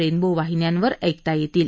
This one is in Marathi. रेनबो वाहिन्यांवर ऐकता येतील